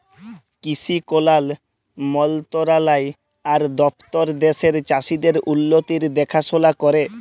কিসি কল্যাল মলতরালায় আর দপ্তর দ্যাশের চাষীদের উল্লতির দেখাশোলা ক্যরে